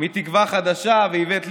מתקווה חדשה ואיווט ליברמן.